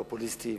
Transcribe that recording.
פופוליסטי,